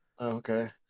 okay